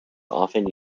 often